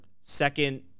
second